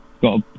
got